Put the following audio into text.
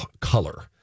color